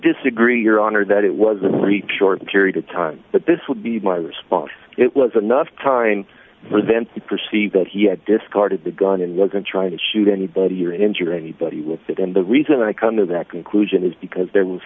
disagree your honor that it was a very short period of time that this would be my response it was enough time for event to perceive that he had discarded the gun and wasn't trying to shoot anybody or injure anybody with that and the reason i come to that conclusion is because there was